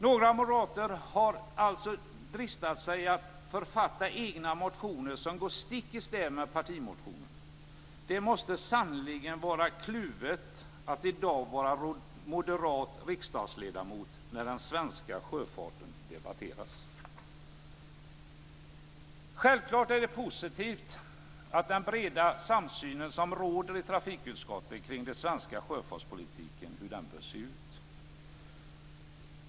Några moderater har alltså dristat sig till att författa egna motioner som går stick i stäv med partimotionen. Det måste sannerligen vara kluvet att i dag vara moderat riksdagsledamot när den svenska sjöfarten debatteras. Självklart är det positivt med den breda samsyn som råder i trafikutskottet kring hur den svenska sjöfartspolitiken bör se ut.